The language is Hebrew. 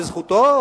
וזכותו,